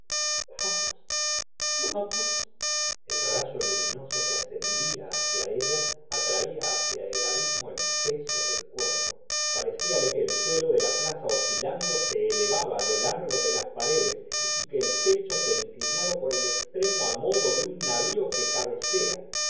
el rayo luminoso que ascendía hacia ella atraía hacia el abismo el peso del cuerpo parecíale que el suelo de la plaza oscilando se ele vaba á lo largo de las paredes y que el techo se inclinaba por el extremo á modo de un navío que cabecea